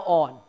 on